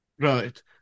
Right